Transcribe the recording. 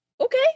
okay